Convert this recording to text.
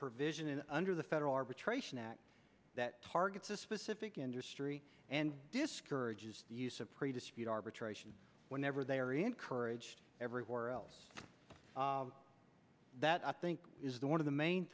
provision under the federal arbitration act that targets a specific industry and discourages the use of prey dispute arbitration whenever they are encouraged everywhere else that i think is the one of the main